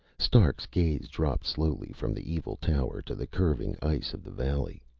stark's gaze dropped slowly from the evil tower to the curving ice of the valley.